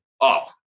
up